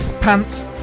pants